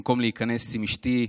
במקום להיכנס עם אשתי,